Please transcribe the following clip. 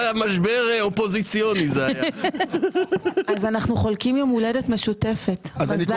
הרב גפני, ביום הולדת של